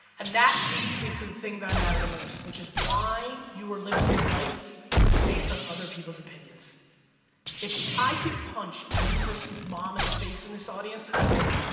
and that leads me to the thing that i matter the most which is why you are living your life based on other people's opinions if i could punch every person's mom in the face in this audience, i would